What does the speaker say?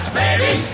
baby